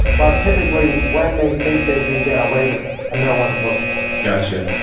but typically when they think they can get away with it and no one's looking gotcha.